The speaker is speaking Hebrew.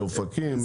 לאופקים?